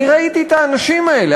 אני ראיתי את האנשים האלה,